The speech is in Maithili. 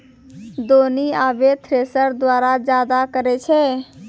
दौनी आबे थ्रेसर द्वारा जादा करै छै